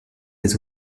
des